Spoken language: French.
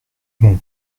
mon